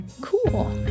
Cool